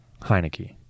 Heineke